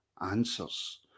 answers